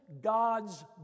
God's